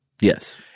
Yes